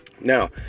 Now